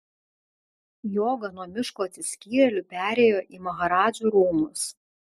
joga nuo miško atsiskyrėlių perėjo į maharadžų rūmus